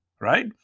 right